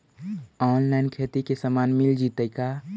Online खेती के सामान मिल जैतै का?